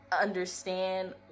understand